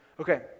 Okay